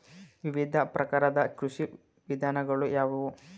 ವಿವಿಧ ಪ್ರಕಾರದ ಕೃಷಿ ವಿಧಾನಗಳು ಯಾವುವು?